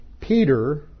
Peter